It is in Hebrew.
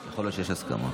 יכול להיות שיש הסכמה.